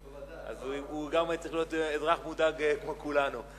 אז הוא גם צריך להיות אזרח מודאג כמו כולנו.